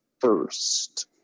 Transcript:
first